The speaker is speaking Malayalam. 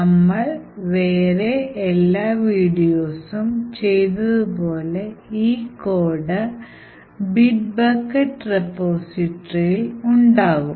നമ്മൾ വേറെ എല്ലാ വീഡിയോസും ചെയ്തതു പോലെ ഈ കോഡ് ബിറ്റ് ബക്കറ്റ് റിപ്പോസിറ്ററീ ഇൽ ഉണ്ടാകും